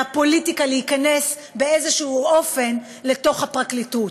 מהפוליטיקה להיכנס באיזשהו אופן לתוך הפרקליטות.